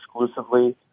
exclusively